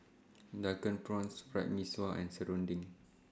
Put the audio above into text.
Drunken Prawns Fried Mee Sua and Serunding